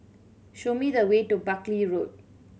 show me the way to Buckley Road